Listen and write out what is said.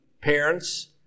parents